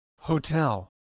hotel